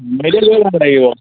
লৈ লাগিব